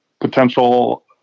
potential